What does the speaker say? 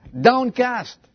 downcast